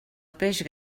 peix